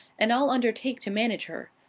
and i'll undertake to manage her.